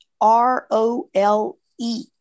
R-O-L-E